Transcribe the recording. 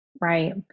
Right